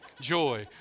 Joy